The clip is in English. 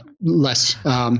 less –